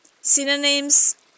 Synonyms